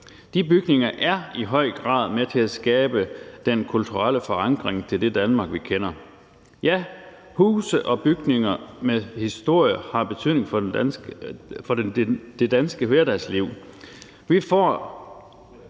De bygninger er i høj grad med til at skabe den kulturelle forankring i det Danmark, vi kender – ja, huse og bygninger med historie har betydning for det danske hverdagsliv. De får